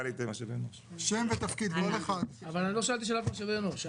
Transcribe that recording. אבל אני לא שאלתי שאלת משאבי אנוש.